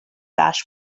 ash